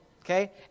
okay